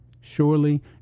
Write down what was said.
Surely